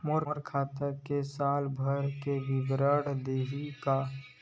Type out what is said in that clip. मोर खाता के साल भर के विवरण देहू का?